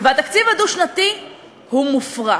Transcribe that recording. התקציב הדו-שנתי הוא מופרך.